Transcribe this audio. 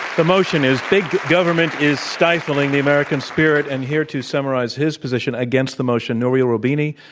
the motion is big government is stifling the american spirit and here to summarize his position against the motion, nouriel roubini,